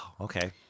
Okay